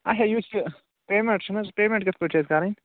اَچھا یُس یہِ پیٚمٮ۪نٛٹ چھِنہٕ حظ پیٚمٮ۪نٛٹ کِتھٕ پٲٹھۍ چھِ اَسہِ کَرٕنۍ